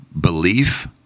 belief